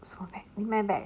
什么 bag 你卖 bag ah